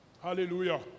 Hallelujah